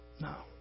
No